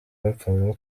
bapfaga